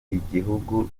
igihugu